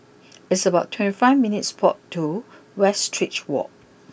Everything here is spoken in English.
it's about twenty five minutes' walk to Westridge walk